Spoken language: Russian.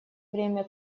время